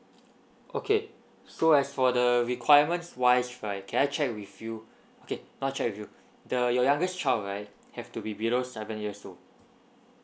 okay so as for the requirements wise right can I check with you okay not check with you the your youngest child right have to be below seven years old